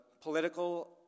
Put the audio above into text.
political